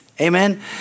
Amen